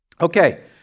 Okay